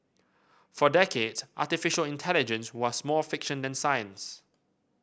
for decades artificial intelligence was more fiction than science